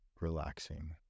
Relaxing